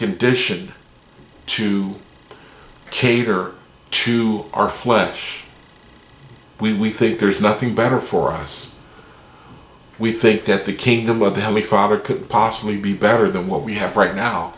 condition to cater to our flesh we we think there's nothing better for us we think that the kingdom of the holy father could possibly be better than what we have right now